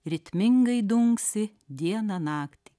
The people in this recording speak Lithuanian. ritmingai dunksi dieną naktį